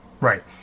Right